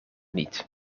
niet